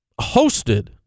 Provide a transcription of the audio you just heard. Hosted